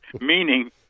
meaning